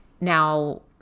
Now